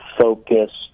focused